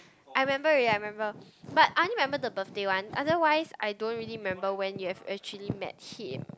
I remember already I remember but I only remember the birthday one otherwise I don't really remember when you have actually met him